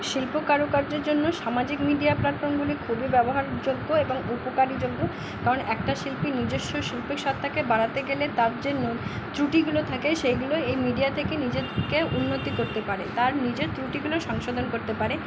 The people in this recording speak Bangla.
শিল্প কারুকার্যর জন্য সামাজিক মিডিয়া প্ল্যাটফর্মগুলি খুবই ব্যবহারযোগ্য এবং উপকারীযোগ্য কারণ একটা শিল্পী নিজস্ব শিল্পীসত্তাকে বাড়াতে গেলে তার যে ত্রুটিগুলো থাকে সেইগুলো এই মিডিয়া থেকে নিজে কে উন্নতি করতে পারে তার নিজের ত্রুটিগুলো সংশোধন করতে পারে